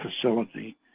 facility